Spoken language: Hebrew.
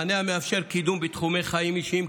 מענה המאפשר קידום בתחומי חיים אישיים,